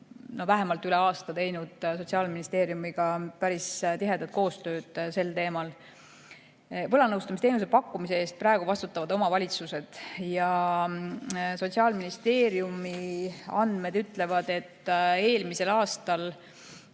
vähemalt üle aasta teinud Sotsiaalministeeriumiga päris tihedat koostööd sel teemal. Võlanõustamisteenuse pakkumise eest vastutavad praegu omavalitsused. Sotsiaalministeeriumi andmed ütlevad, et eelmisel aastal